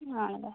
ആണല്ലേ